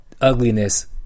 ugliness